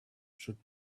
should